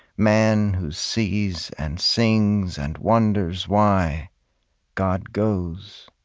man who sees and sings and wonders why god goes.